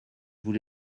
vous